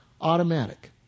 automatic